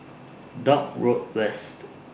Dock Road West